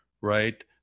right